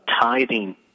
tithing